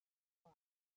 dawn